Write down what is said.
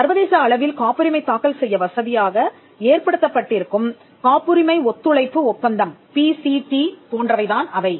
சர்வதேச அளவில் காப்புரிமை தாக்கல் செய்ய வசதியாக ஏற்படுத்தப்பட்டிருக்கும் காப்புரிமை ஒத்துழைப்பு ஒப்பந்தம் பிசிடி போன்றவை தான் அவை